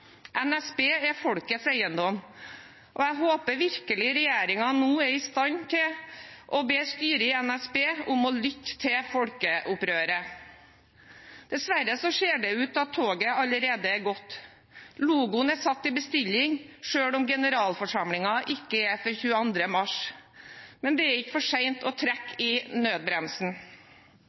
NSB er folkets eiendom, og jeg håper virkelig regjeringen nå er i stand til å be styret i NSB om å lytte til folkeopprøret. Dessverre ser det ut til at toget allerede er gått. Logoen er satt i bestilling, selv om generalforsamlingen ikke er før 22. mars. Men det er ikke for sent å trekke i nødbremsen.